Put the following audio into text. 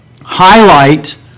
highlight